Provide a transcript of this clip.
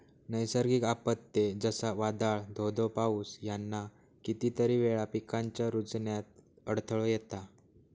नैसर्गिक आपत्ते, जसा वादाळ, धो धो पाऊस ह्याना कितीतरी वेळा पिकांच्या रूजण्यात अडथळो येता